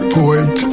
poet